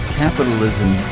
capitalism